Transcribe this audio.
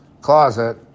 closet